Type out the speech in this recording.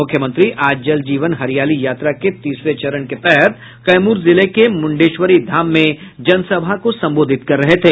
मुख्यमंत्री आज जल जीवन हरियाली यात्रा के तीसरे चरण के तहत कैमूर जिले के मुंडेश्वरी धाम में जनसभा को संबोधित कर रहे थे